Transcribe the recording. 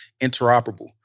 interoperable